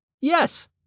Yes